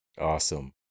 awesome